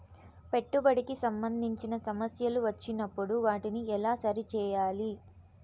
పెట్టుబడికి సంబంధించిన సమస్యలు వచ్చినప్పుడు వాటిని ఎలా సరి చేయాలి?